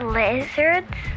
lizards